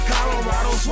Colorado